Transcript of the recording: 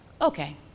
Okay